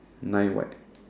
nine white